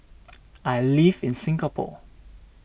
I live in Singapore